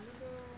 ᱟᱞᱮ ᱫᱚ